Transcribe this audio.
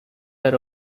are